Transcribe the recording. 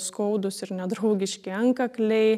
skaudūs ir nedraugiški antkakliai